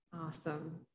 Awesome